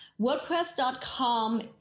WordPress.com